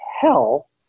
hell